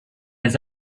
his